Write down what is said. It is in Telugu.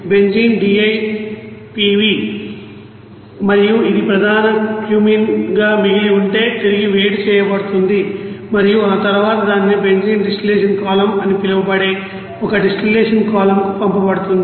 బెంజీన్ డిఐపివి మరియు అది ప్రధాన క్యూమీన్గా మిగిలి ఉంటే తిరిగి వేడి చేయబడుతుంది మరియు తరువాత దానిని బెంజీన్ డిస్టిలేషన్ కాలమ్ అని పిలువబడే ఒక డిస్టిల్లషన్కాలమ్ కు పంపబడుతుంది